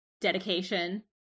dedication